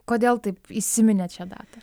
kodėl taip įsiminėt šią datą